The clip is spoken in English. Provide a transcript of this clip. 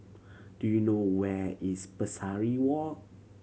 do you know where is Pesari Walk